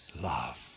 love